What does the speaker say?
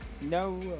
No